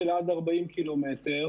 יש אזעקות גם בשפלה,